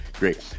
Great